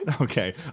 Okay